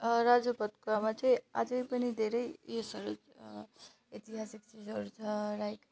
राजा भातखावामा चाहिँ अझै पनि धेरै उइसहरू ऐतिहासिक चिजहरू छ लाइक